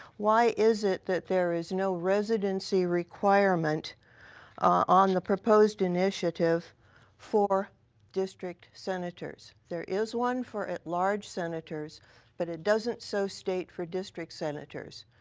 why is it that there is no residency requirement on the proposed initiative for district senators? there is one for at-large senators but it doesn't so state for district senators.